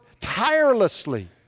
tirelessly